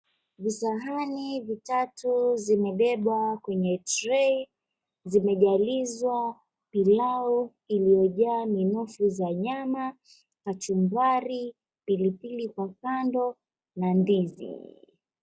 Visahani vitatu zimebebwa kwenye trei, zimejalizwa pilao iliyojaa minofu za nyama, kachumbari, pilipili kwa kando na ndizi.